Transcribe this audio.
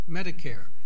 Medicare